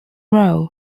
role